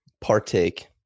partake